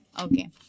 Okay